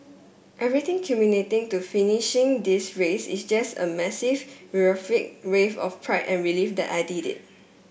everything culminating to finishing this race is just a massive euphoric wave of pride and relief that I did it